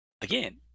again